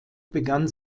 begann